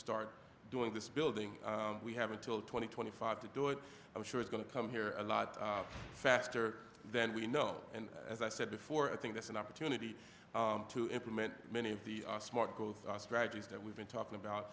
start doing this building we have until twenty twenty five to do it i'm sure is going to come here a lot faster than we know and as i said before i think that's an opportunity to implement many of the smart growth strategies that we've been talking about